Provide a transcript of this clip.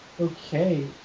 Okay